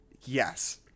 Yes